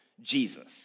Jesus